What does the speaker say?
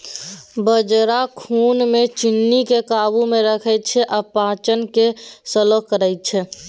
बजरा खुन मे चीन्नीकेँ काबू मे रखै छै आ पाचन केँ स्लो करय छै